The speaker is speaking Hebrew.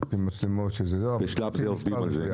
פי מצלמות --- בשלב זה עובדים על זה.